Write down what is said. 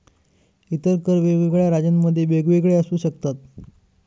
इतर कर वेगवेगळ्या राज्यांमध्ये वेगवेगळे असू शकतात